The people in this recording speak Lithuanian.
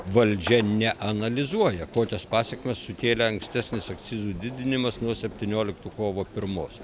valdžia neanalizuoja kokias pasekmes sukėlė ankstesnis akcizų didinimas nuo septynioliktų kovo pirmos